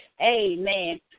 Amen